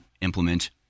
implement